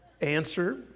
answer